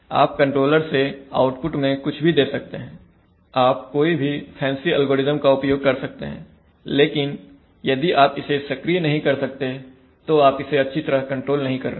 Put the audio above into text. आप कंट्रोलर से आउटपुट में कुछ भी दे सकते हैं आप कोई भी फैंसी एल्गोरिदम का उपयोग कर सकते हैं लेकिन यदि आप इसे सक्रिय नहीं कर सकते तो आप इसे अच्छी तरह कंट्रोल नहीं कर रहे हैं